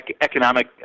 economic